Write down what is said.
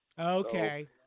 Okay